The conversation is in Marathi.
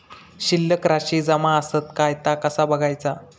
शिल्लक राशी जमा आसत काय ता कसा बगायचा?